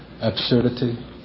absurdity